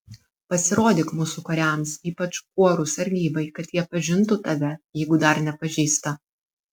pasirodyk mūsų kariams ypač kuorų sargybai kad jie pažintų tave jeigu dar nepažįsta